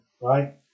right